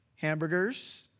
hamburgers